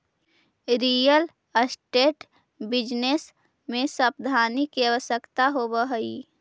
real estate business में सावधानी के आवश्यकता होवऽ हई